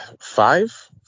five